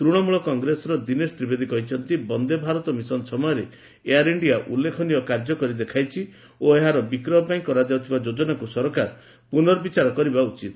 ତୂଣମୂଳ କଂଗ୍ରେସର ଦୀନେଶ ତ୍ରିବେଦୀ କହିଛନ୍ତି ବନ୍ଦେ ଭାରତ ମିଶନ ସମୟରେ ଏୟାର ଇଣ୍ଡିଆ ଉଲ୍ଲେଖନୀୟ କାର୍ଯ୍ୟ କରି ଦେଖାଇଛି ଓ ଏହାର ବିକ୍ରୟ ପାଇଁ କରାଯାଉଥିବା ଯୋଜନାକୁ ସରକାର ପୁନର୍ବିଚାର କରିବା ଉଚିତ